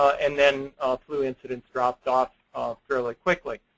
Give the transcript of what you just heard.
and then flu incidents dropped off fairly quickly.